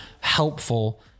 helpful